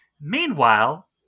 Meanwhile